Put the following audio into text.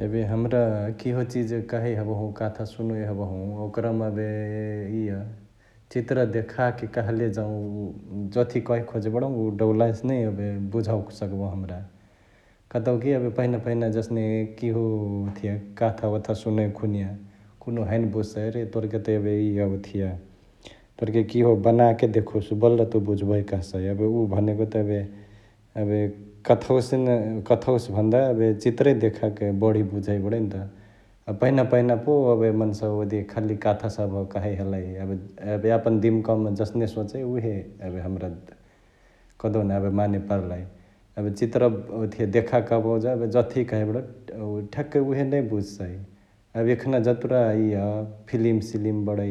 एबे हमरा किहो चिजु कहई हबहु, काथा सुनोइए हबहु ओकरमा एबे इअ चित्र देखाके कहले जौं उ जथी कहे खोजई बडहु उ डौलाहेसे नै एबे भुझावे सकबहु हमरा । कतोउकी एबे पहिना पहिना जसने किहो ओथिया काथा वथा सुनोइकी खुनिया कुन्हु हैने भुझ्सई, अरे तोरके त एबे इअ ओथिया तोरके किहो बनाके देखोउसु बल्ल तुइ बुझबही कहसई एबे उ भनेको त एबे एबे कथवासे भन्दा एबे चित्र देखाके बढी बुझई बडै न त । अ पहिना पहिना पो एबे मन्सावा ओथिया खाली कथा सभ कहई हलई एबे एबे यापन दिमकवामा जसने सोचै उहे एबे हमरा कहदेउन मानेपरलई । एबे चित्र ओथिया देखाके कहबहु जौं एबे जथी कहई बडहु उ ठ्याकै उहे नै बुझसई । एबे एखना जतुरा इअ फिलिम सिलिम बडै